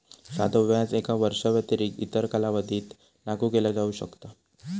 साधो व्याज एका वर्षाव्यतिरिक्त इतर कालावधीत लागू केला जाऊ शकता